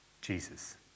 Jesus